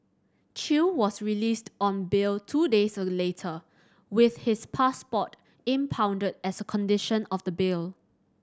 Chew was released on bail two days later with his passport impounded as a condition of the bail